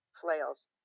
flails